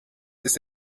ist